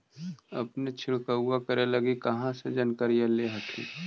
अपने छीरकाऔ करे लगी कहा से जानकारीया ले हखिन?